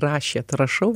rašėt rašau